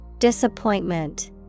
Disappointment